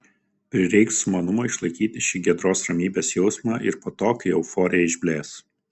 prireiks sumanumo išlaikyti šį giedros ramybės jausmą ir po to kai euforija išblės